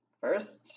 first